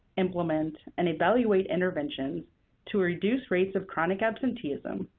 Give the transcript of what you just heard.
implement, and evaluate interventions to reduce rates of chronic absenteeism,